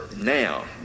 now